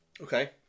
Okay